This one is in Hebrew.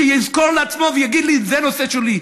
שיזכור לעצמו ויגיד לי: זה נושא שולי.